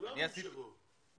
ימשכו את הכסף.